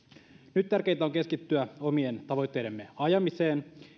nyt tärkeintä on keskittyä omien tavoitteidemme ajamiseen